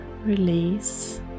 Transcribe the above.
release